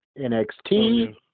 NXT